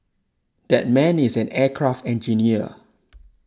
that man is an aircraft engineer